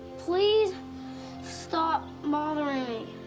please stop bothering